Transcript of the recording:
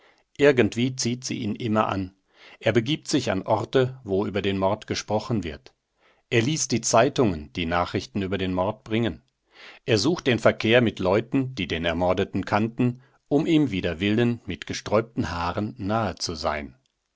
irgendwie zieht sie ihn immer an er begibt sich an orte wo über den mord gesprochen wird er liest die zeitungen die nachrichten über den mord bringen er sucht den verkehr mit leuten die den ermordeten kannten um ihm wider willen mit gesträubten haaren nahe zu sein